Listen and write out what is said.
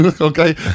Okay